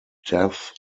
death